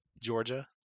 Georgia